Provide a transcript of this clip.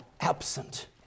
absent